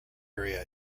area